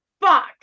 fuck